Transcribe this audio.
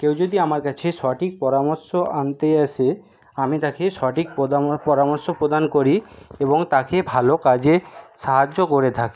কেউ যদি আমার কাছে সঠিক পরামর্শ আনতে আসে আমি তাকে সঠিক পরামর্শ প্রদান করি এবং তাকে ভালো কাজে সাহায্য করে থাকি